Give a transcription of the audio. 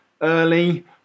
early